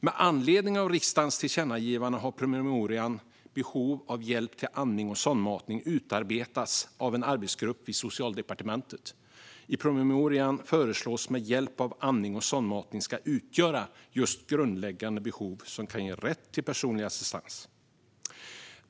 Med anledning av riksdagens tillkännagivande har promemorian Behov av hjälp med andning och sondmatning utarbetats av en arbetsgrupp vid Socialdepartementet. I promemorian föreslås att hjälp med andning och sondmatning ska utgöra grundläggande behov som kan ge rätt till personlig assistans.